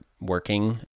working